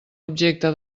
objecte